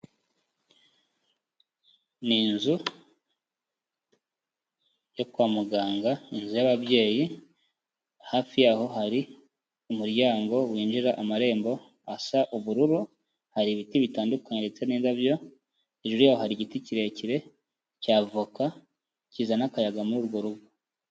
Ni inzu yo kwa muganga, inzu y'ababyeyi, hafi yaho hari umuryango winjira, amarembo asa ubururu, hari ibiti bitandukanye ndetse n'indabyo, hejuru yaho hari igiti kirekire cya avoka, kizana akayaga muri urwo rugo.